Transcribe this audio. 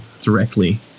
directly